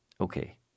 Okay